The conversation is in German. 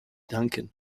danken